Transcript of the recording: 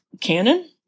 canon